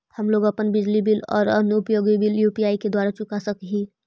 हम लोग अपन बिजली बिल और अन्य उपयोगि बिल यू.पी.आई द्वारा चुका सक ही